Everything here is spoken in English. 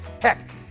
Heck